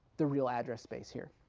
the real address base here.